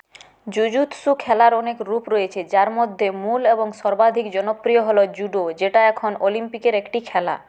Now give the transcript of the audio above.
jujutsu খেলার অনেক রূপ রয়েছে যার মধ্যে মূল এবং সর্বাধিক জনপ্রিয় হল জুডো যেটা এখন অলিম্পিকের একটি খেলা